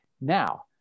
Now